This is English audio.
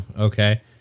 okay